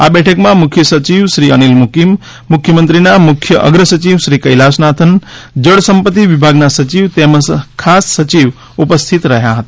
આ બેઠકમાં મુખ્ય સચિવ શ્રી અનિલ મુકીમ મુખ્યમંત્રીના મુખ્ય અગ્રસચિવ શ્રી કૈલાસનાથન જળસંપત્તિ વિભાગના સચિવ તેમજ ખાસ સચિવ પણ ઉપસ્થિત રહ્યા હતા